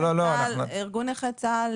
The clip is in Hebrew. ארגון נכי צה"ל,